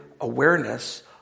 awareness